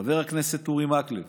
חבר הכנסת אורי מקלב